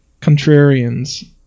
contrarians